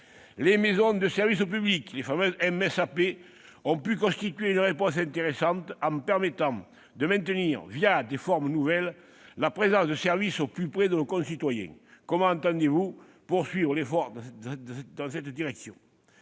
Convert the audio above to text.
les maisons de services au public, les fameuses MSAP, ont pu constituer une réponse intéressante en permettant de maintenir, des formes nouvelles, la présence de services au plus près de nos concitoyens. Comment entendez-vous poursuivre l'effort dans cette direction ?